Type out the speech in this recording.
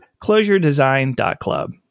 closuredesign.club